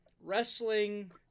wrestling